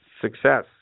success